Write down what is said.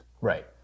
right